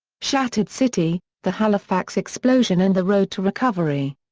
shattered city the halifax explosion and the road to recovery.